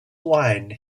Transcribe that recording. wine